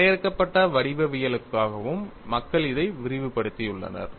வரையறுக்கப்பட்ட வடிவவியலுக்காகவும் மக்கள் இதை விரிவுபடுத்தியுள்ளனர்